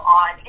on